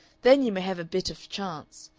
then you may have a bit of a chance.